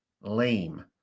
Lame